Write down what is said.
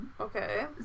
Okay